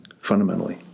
fundamentally